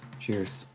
cheers.